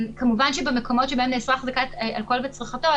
במקומות שבהם נאסרה החזקת אלכוהול וצריכתו,